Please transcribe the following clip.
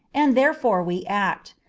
and therefore we act.